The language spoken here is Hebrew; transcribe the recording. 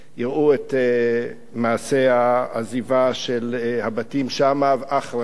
יראו את מעשה העזיבה של הבתים שם אך ורק